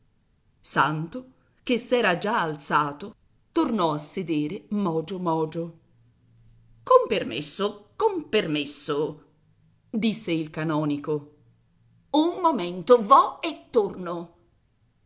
santo che s'era già alzato tornò a sedere mogio mogio con permesso con permesso disse il canonico un momento vo e torno